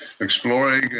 exploring